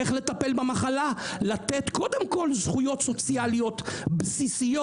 איך לעשות את זה לתת קודם כל זכויות סוציאליות בסיסיות,